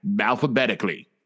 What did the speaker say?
alphabetically